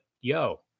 yo